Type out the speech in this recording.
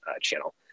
channel